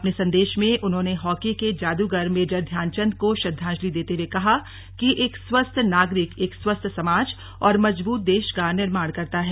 अपने संदेश में उन्होंने हॉकी के जादूगर मेजर ध्यानचन्द को श्रद्वांजलि देते हुए कहा कि एक स्वस्थ नागरिक एक स्वस्थ समाज और मजबूत देश का निर्माण करता है